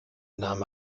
name